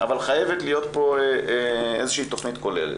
אבל חייבת להיות פה איזה שהיא תוכנית כוללת.